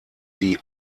die